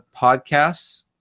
podcasts